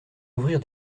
ouvrir